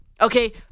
Okay